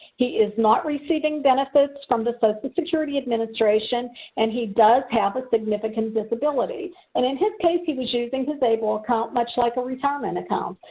he is not receiving benefits from the social security administration and he does have a significant disability. and in his case he was using his able account much like a retirement account.